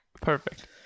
Perfect